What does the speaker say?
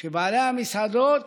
שבעלי המסעדות